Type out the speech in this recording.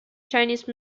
chinese